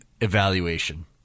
evaluation